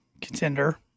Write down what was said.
contender